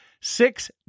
Six